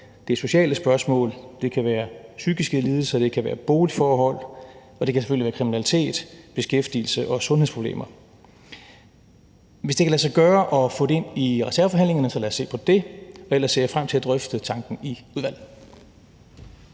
Det er sociale spørgsmål, det kan være psykiske lidelser, det kan være boligforhold, og det kan selvfølgelig være kriminalitet, beskæftigelses- og sundhedsproblemer. Hvis det kan lade sig gøre at få det ind i reserveforhandlingerne, så lad os se på det, og ellers ser jeg frem til at drøfte tanken i udvalget.